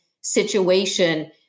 situation